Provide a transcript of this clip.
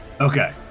Okay